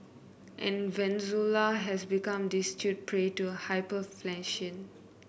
and Venezuela has become destitute prey to hyperinflation